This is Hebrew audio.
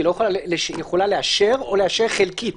הוועדה יכולה לאשר או לאשר חלקית,